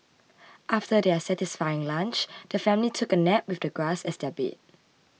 after their satisfying lunch the family took a nap with the grass as their bed